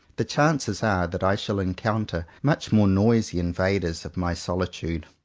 the chances are that i shall encounter much more noisy invaders of my solitude.